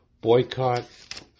boycott